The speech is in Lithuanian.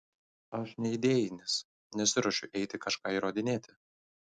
aš neidėjinis nesiruošiu eiti kažką įrodinėti